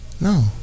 No